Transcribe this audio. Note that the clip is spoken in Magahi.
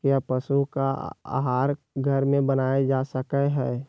क्या पशु का आहार घर में बनाया जा सकय हैय?